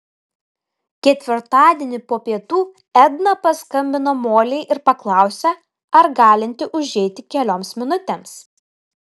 ketvirtadienį po pietų edna paskambino molei ir paklausė ar galinti užeiti kelioms minutėms